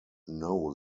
know